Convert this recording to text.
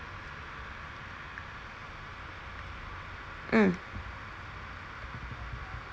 mm